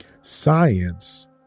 Science